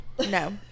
no